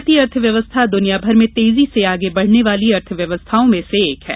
भारतीय अर्थव्यवस्था दुनिया भर में तेजी से आगे बढ़ने वाली अर्थव्यवस्थाओं में से एक है